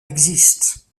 existe